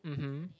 uh mm